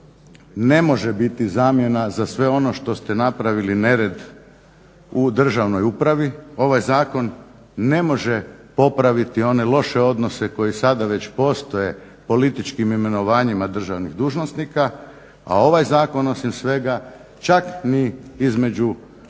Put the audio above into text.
ne može biti zamjena za sve ono što ste napravili nered u državnoj upravi. Ovaj zakon ne može popraviti one loše odnose koji sada već postoje političkim imenovanjima državnih dužnosnika, a ovaj zakon osim svega čak ni između